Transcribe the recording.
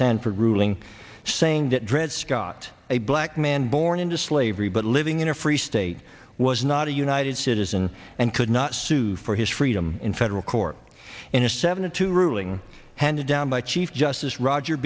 sanford ruling saying that dred scott a black man born into slavery but living in a free state was not a united citizen and could not sue for his freedom in federal court in a seven to two ruling handed down by chief justice roger